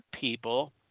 people